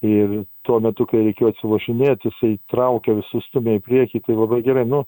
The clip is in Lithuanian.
ir tuo metu kai reikėjo atsilošinėt jisai traukė visus stūmė į priekį tai labai gerai nu